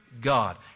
God